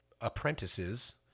apprentices